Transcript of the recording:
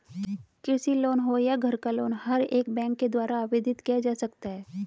कृषि लोन हो या घर का लोन हर एक बैंक के द्वारा आवेदित किया जा सकता है